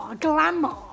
Glamour